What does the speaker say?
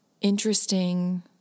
interesting